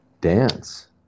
dance